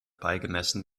beigemessen